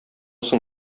соң